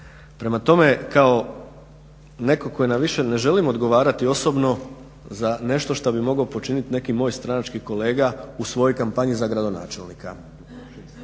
Prema tome, kao netko tko više ne želi odgovarati osobno za nešto što bi mogao počiniti neki moj stranački kolega u svojoj kampanji za gradonačelnika.